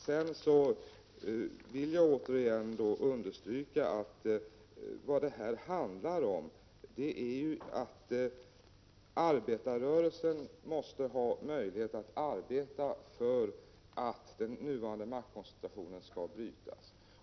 Jag vill återigen understryka att vad det här handlar om är att arbetarrörelsen måste ha möjlighet att arbeta för att den nuvarande maktkoncentratio 25 nen skall brytas.